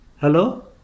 Hello